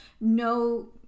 no